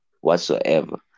whatsoever